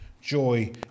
joy